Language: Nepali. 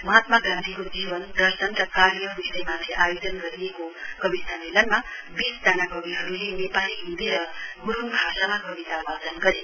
महात्मा गान्धीको जीवन दर्शन र कार्य विषयमाथि आयोजना गरिएको कवि सम्मेलनमा बीस जना कविहरूले नेपाली हिन्दी र गुरूङ भाषामा कविता वाचन गरे